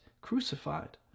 crucified